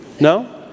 No